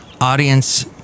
audience